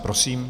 Prosím.